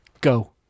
Go